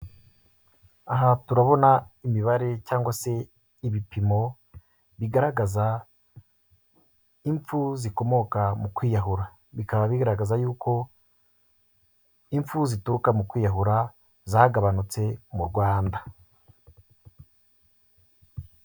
Aha turabona imibare cyangwa se ibipimo bigaragaza impfu zikomoka mu kwiyahura; bikaba bigaragaza yuko impfu zituruka mu kwiyahura zagabanutse mu Rwanda.